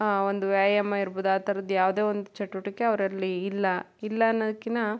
ಒಂದು ವ್ಯಾಯಾಮ ಇರ್ಬೋದು ಆ ಥರದ್ದು ಯಾವುದೆ ಒಂದು ಚಟುವಟಿಕೆ ಅವರಲ್ಲಿ ಇಲ್ಲ ಇಲ್ಲ ಅನ್ನೋದಕ್ಕಿನ್ನ